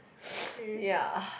ya